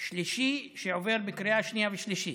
שלישי שעובר בקריאה שנייה ושלישית.